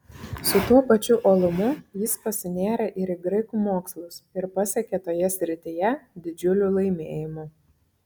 su tuo pačiu uolumu jis pasinėrė ir į graikų mokslus ir pasiekė toje srityje didžiulių laimėjimų